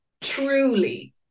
truly